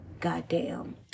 Goddamn